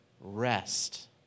rest